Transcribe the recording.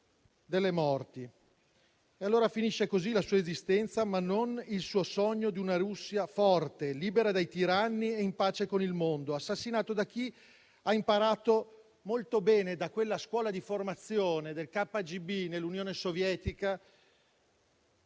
delle morti, così finisce la sua esistenza, ma non il suo sogno di una Russia forte, libera dai tiranni e in pace con il mondo. È stato assassinato da chi ha imparato molto bene da quella scuola di formazione del KGB nell'Unione Sovietica